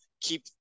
keep